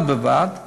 בד בבד,